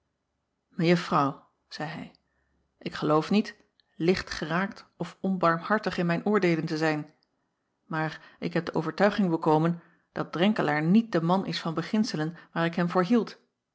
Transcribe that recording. gaan ejuffrouw zeî hij ik geloof niet lichtgeraakt of onbarmhartig in mijn oordeelen te zijn maar ik heb de overtuiging bekomen dat renkelaer niet de man is van beginselen waar ik hem voor